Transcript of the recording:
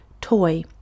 Toy